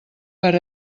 per